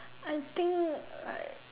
I think like